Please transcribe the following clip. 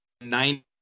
nine